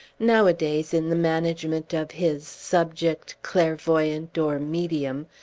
nowadays, in the management of his subject, clairvoyant, or medium,